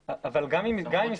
העסקים.